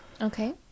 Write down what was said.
Okay